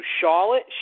Charlotte